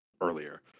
earlier